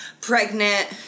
pregnant